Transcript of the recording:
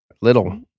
Little